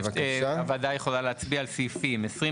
הוועדה יכולה להצביע על סעיפים 28,